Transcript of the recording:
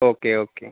okay okay